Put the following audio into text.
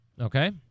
Okay